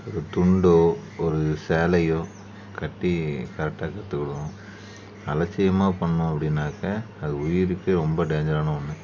ஒரு துண்டோ ஒரு சேலையோ கட்டி கரெக்டாக கற்றுக் கொடுக்கணும் அலட்சியமாக பண்ணோம் அப்படின்னாக்கா அது உயிருக்கே ரொம்ப டேஞ்சரான ஒன்று